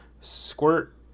squirt